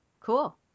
Cool